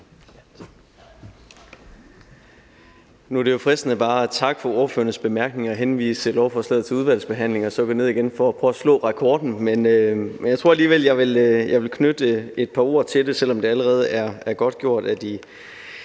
Nu er det jo fristende bare at takke for ordførernes bemærkninger og henvise lovforslaget til udvalgsbehandling, for så ville vi være i nærheden af at slå rekorden tidsmæssigt. Men jeg tror alligevel, at jeg vil knytte et par ord til det, selv om det allerede er gennemgået